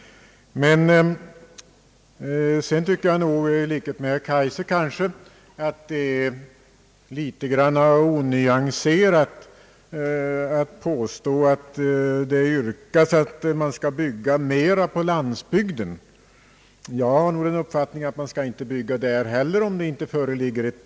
Men sedan tycker jag, i likhet med herr Kaijser, att det är litet onyanserat att påstå att vi yrkar att det skall byggas mera på landsbygden. Jag anser att man inte skall bygga där heller, om behov inte föreligger.